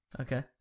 Okay